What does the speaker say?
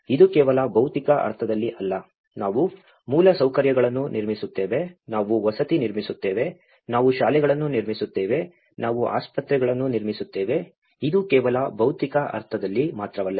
ಇದು ಕೇವಲ ಭೌತಿಕ ಅರ್ಥದಲ್ಲಿ ಅಲ್ಲ ನಾವು ಮೂಲಸೌಕರ್ಯಗಳನ್ನು ನಿರ್ಮಿಸುತ್ತೇವೆ ನಾವು ವಸತಿ ನಿರ್ಮಿಸುತ್ತೇವೆ ನಾವು ಶಾಲೆಗಳನ್ನು ನಿರ್ಮಿಸುತ್ತೇವೆ ನಾವು ಆಸ್ಪತ್ರೆಗಳನ್ನು ನಿರ್ಮಿಸುತ್ತೇವೆ ಇದು ಕೇವಲ ಭೌತಿಕ ಅರ್ಥದಲ್ಲಿ ಮಾತ್ರವಲ್ಲ